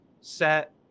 set